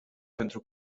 pentru